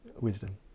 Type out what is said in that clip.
wisdom